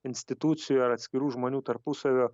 institucijų ar atskirų žmonių tarpusavio